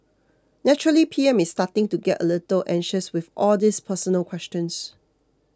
naturally P M is starting to get a little anxious with all these personal questions